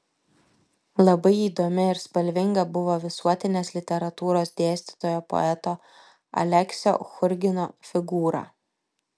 labai įdomi ir spalvinga buvo visuotinės literatūros dėstytojo poeto aleksio churgino figūra